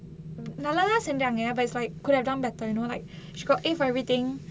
நல்லா தான் செஞ்சாங்க:nallaa thaan senjanga but is like could have done better you know like she got A for everything